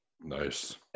Nice